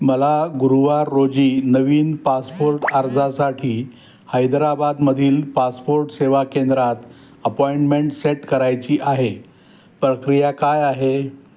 मला गुरुवार रोजी नवीन पासपोर्ट अर्जासाठी हैदराबादमधील पासपोर्ट सेवा केंद्रात अपॉइंमेंट सेट करायची आहे प्रक्रिया काय आहे